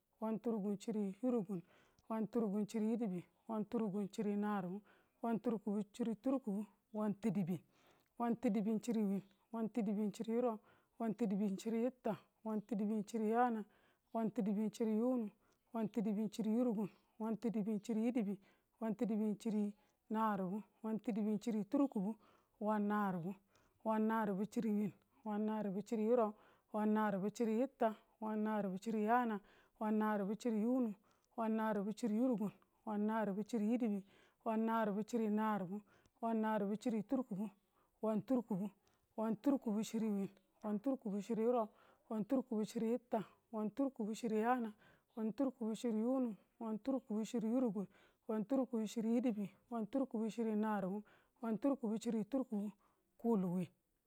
wanturukuun. wanturukuun chiri wiin. wanturukuun chiri yurau. wanturukuun chiri yitta. wanturukuun chiri yaana. wanturukuun chiri yunu. wanturukuun chiri yurukum. wanturukuun chiri yidibin. wanturukuun chiri naribu. wanturukuun chiri turkubu. wannannaribu. wannannaribu chiri wiin. wannannaribu chiri yurau. wannannaribu chiri yitta. wannannaribu chiri yaana. wannannaribu chiri yunu. wannannaribu chiri yurukum. wannannaribu chiri yidibin. wannannaribu chiri naribu. wannannaribu chiri turkubu. wanturkubu. wanturkubu chiri wiin. wanturkubu chiri yurau. wanturkubu chiri yitta. wanturkubu chiri yaana. wanturkubu chiri yunu. wanturkubu chiri yurukum. wanturkubu chiri yidibin. wanturkubu chiri naribu. wanturkubu chiri turkubu. kuuli diln. x